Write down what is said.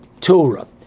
Torah